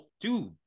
Dude